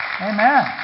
amen